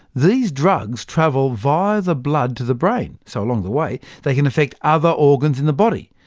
these drugs travel via the blood to the brain, so along the way, they can affect other organs in the body.